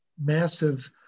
massive